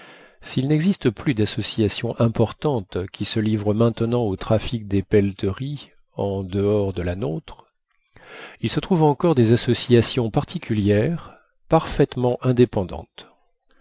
s'il n'existe plus d'association importante qui se livre maintenant au trafic des pelleteries en dehors de la nôtre il se trouve encore des associations particulières parfaitement indépendantes